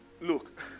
Look